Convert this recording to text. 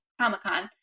comic-con